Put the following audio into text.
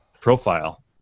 profile